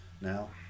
now